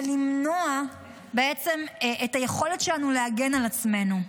ולמנוע בעצם את היכולת שלנו להגן על עצמנו.